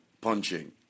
punching